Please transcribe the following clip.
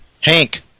Hank